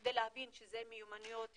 בכדי להבין שאלה מיומנויות בסיסיות,